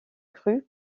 cru